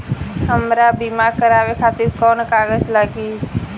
हमरा बीमा करावे खातिर कोवन कागज लागी?